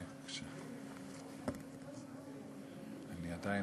כבוד היושבת-ראש, כבוד חברי הכנסת, אני רוצה אולי